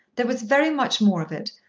there was very much more of it,